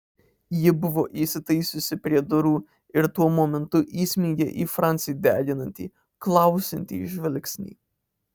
ji buvo įsitaisiusi prie durų ir tuo momentu įsmeigė į francį deginantį klausiantį žvilgsnį